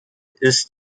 ist